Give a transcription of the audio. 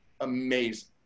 amazing